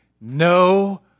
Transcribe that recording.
no